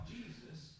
Jesus